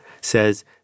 says